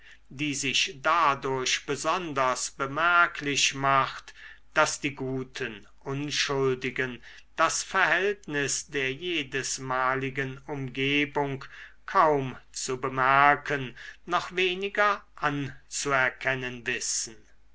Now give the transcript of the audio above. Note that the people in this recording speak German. die sich dadurch besonders bemerklich macht daß die guten unschuldigen das verhältnis der jedesmaligen umgebung kaum zu bemerken noch weniger anzuerkennen wissen